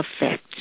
effects